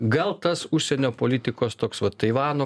gal tas užsienio politikos toks va taivano